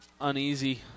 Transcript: uneasy